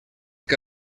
que